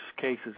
cases